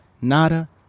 nada